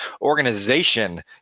organization